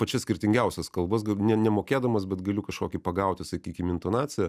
pačias skirtingiausias kalbas gal ne nemokėdamas bet galiu kažkokį pagauti sakykim intonaciją